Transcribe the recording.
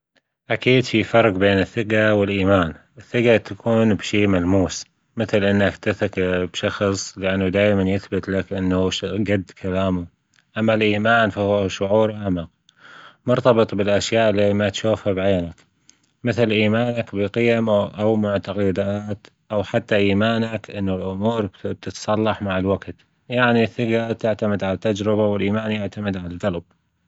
أكيد في فرج بين الثجة والإيمان، الثجة تكون بشي ملموس مثلا إنك تثق بشخص لأنه دايما يثبت لك إنه قد كلامه، أما الإيمان فهو شعور أعمق مرتبط بالأشياء اللي ما تشوفها بعينك مثل إيمانك بقيم أو ما<غير مفهوم> أو حتى إيمانك إنه الأمور بتتصلح مع الوجت، يعني الثقة تعتمد على التجربة والإيمان يعتمد على الجلب.